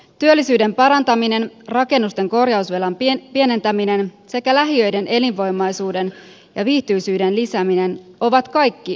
työllisyyden parantaminen rakennusten korjausvelan pienentäminen sekä lähiöiden elinvoimaisuuden ja viihtyisyyden lisääminen ovat kaikki arvokkaita ratkaisuja